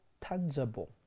tangible